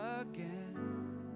again